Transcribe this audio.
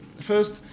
First